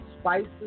spices